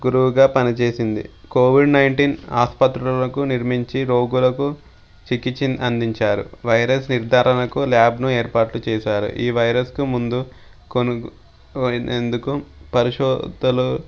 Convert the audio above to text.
గురువుగా పనిచేసింది covid nineteen ఆస్పత్రులకు నిర్మించి రోగులకు చికిత్స అందించారు వైరస్ నిర్ధారణకు ల్యాబ్ను ఏర్పాటు చేశారు ఈ వైరస్కు ముందు కో ఎందుకు పరిషోదులు